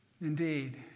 Indeed